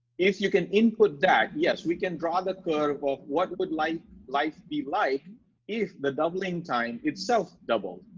if you can input that, yes, we can draw the curve of what would like life be like if the doubling time itself doubled.